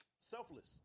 selfless